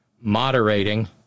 moderating